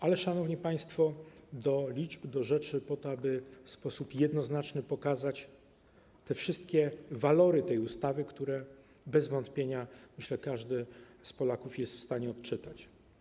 Ale, szanowni państwo, do liczb, do rzeczy - po to, aby w sposób jednoznaczny pokazać wszystkie walory tej ustawy, które bez wątpienia, myślę, każdy z Polaków jest w stanie odczytać.